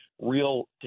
real